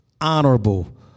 honorable